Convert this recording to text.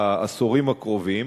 בעשורים הקרובים,